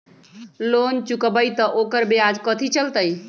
Loan चुकबई त ओकर ब्याज कथि चलतई?